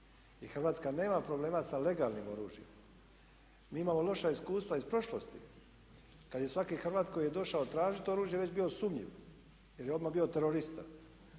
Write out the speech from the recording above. I Hrvatska nema problema sa legalnim oružjem. Mi imamo loša iskustva iz prošlosti kada je svaki Hrvat koji je došao tražiti oružje već bio sumnjiv jer je odmah bio terorista